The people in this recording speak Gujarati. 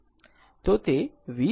તો તે 204 6